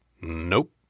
Nope